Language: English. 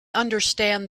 understand